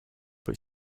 but